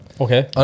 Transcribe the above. Okay